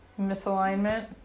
misalignment